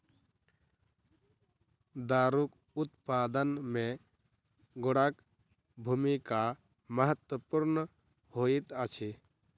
दारूक उत्पादन मे गुड़क भूमिका महत्वपूर्ण होइत अछि